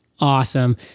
Awesome